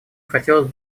хотелось